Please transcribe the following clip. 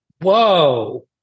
whoa